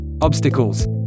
obstacles